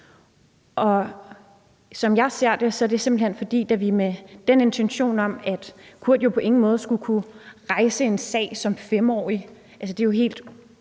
Som jeg ser det, er det sket med den intention, at Kurt jo på ingen måde skulle kunne rejse en sag som 5-årig – det er jo helt